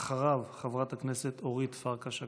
ואחריו, חברת הכנסת אורית פרקש הכהן.